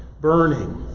burning